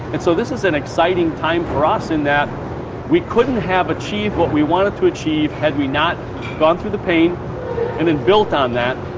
and so this is an exciting time for ah us in that we couldn't have achieved what we wanted to achieve had we not gone through the pain and then built on that.